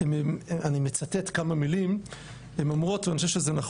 אני רוצה לסיים עם שתי נקודות: